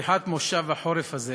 בפתיחת מושב החורף הזה